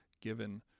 given